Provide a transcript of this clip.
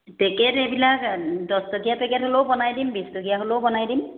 packet এইবিলাক দহটকীয়া packet হ'লেও বনাই দিম বিশটকীয়া হ'লেও বনাই দিম